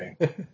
Okay